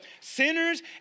sinners